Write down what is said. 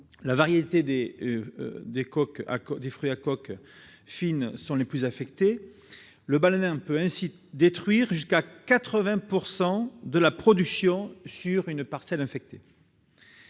Les variétés à coque fine sont les plus affectées. Le balanin peut ainsi détruire jusqu'à 80 % de la production sur une parcelle infestée.